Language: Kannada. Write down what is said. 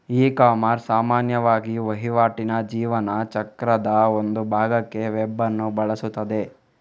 ಇಕಾಮರ್ಸ್ ಸಾಮಾನ್ಯವಾಗಿ ವಹಿವಾಟಿನ ಜೀವನ ಚಕ್ರದ ಒಂದು ಭಾಗಕ್ಕೆ ವೆಬ್ ಅನ್ನು ಬಳಸುತ್ತದೆ